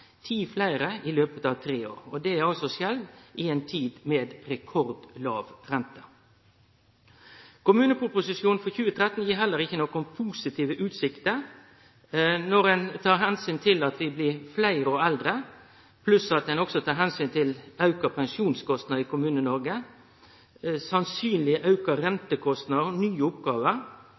ti fleire i løpet av tre år – og det har altså skjedd i ei tid med rekordlåg rente. Kommuneproposisjonen for 2013 gir heller ikkje positive utsikter. Når ein tek omsyn til at vi blir fleire og eldre, pluss at ein òg tek omsyn til auka pensjonskostnader i Kommune-Noreg, sannsynleg auka rentekostnader, nye oppgåver